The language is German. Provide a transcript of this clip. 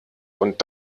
und